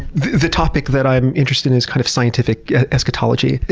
the topic that i'm interested in is kind of scientific eska-tology.